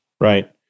Right